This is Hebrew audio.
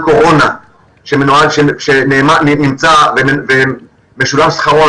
חנויות שנמצאות בשטחים פתוחים,